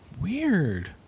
Weird